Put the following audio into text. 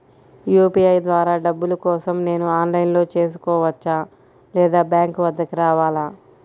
UPI ద్వారా డబ్బులు కోసం నేను ఆన్లైన్లో చేసుకోవచ్చా? లేదా బ్యాంక్ వద్దకు రావాలా?